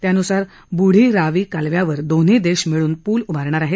त्यानुसार बूढी रावी कालव्यावर दोन्ही देश मिळून पूल उभारणार आहेत